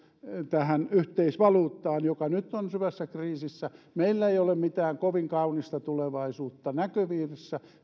tähän yhteisvaluuttaan joka nyt on syvässä kriisissä meillä ei ole mitään kovin kaunista tulevaisuutta näköpiirissä